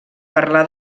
parlar